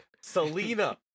Selena